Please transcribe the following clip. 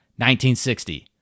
1960